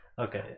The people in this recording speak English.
Okay